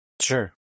Sure